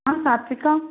సాత్విక